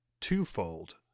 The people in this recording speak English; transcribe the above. twofold